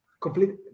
complete